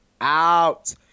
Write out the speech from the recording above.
out